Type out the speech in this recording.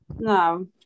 No